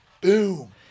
boom